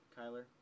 Kyler